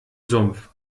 sumpf